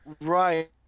Right